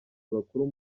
bakuru